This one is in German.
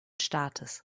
staates